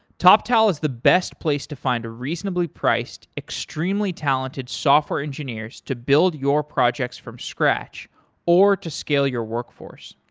toptal is the best place to find reasonably priced, extremely talented software engineers to build your projects from scratch or to skill your workforce.